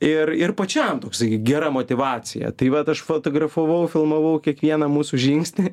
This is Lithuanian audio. ir ir pačiam toksai gera motyvacija tai vat aš fotografavau filmavau kiekvieną mūsų žingsnį